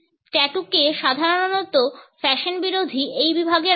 ট্যাটুকে সাধারণত ফ্যাশন বিরোধী এই বিভাগে রাখা হয়